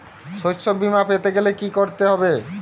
শষ্যবীমা পেতে গেলে কি করতে হবে?